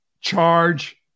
Charge